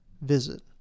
visit